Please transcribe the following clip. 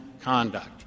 conduct